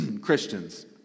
Christians